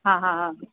हा हा हा